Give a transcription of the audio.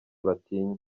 batinya